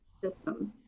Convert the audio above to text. systems